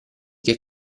che